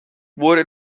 wurde